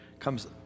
Comes